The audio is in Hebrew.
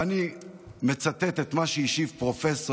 ואני מצטט את מה שהשיב פרופ'